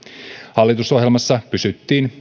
hallitusohjelmassa pysyttiin